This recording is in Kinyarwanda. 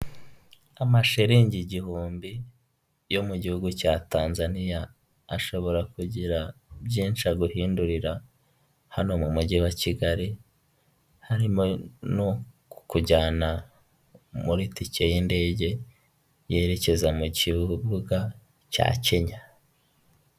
Hoteri nini iri mu bwoko bwa etaje igeretse gatatu yanditseho giriti apatimenti hoteri ivuze ko ari hoteri nziza irimo amacumbi akodeshwa.